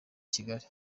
kigali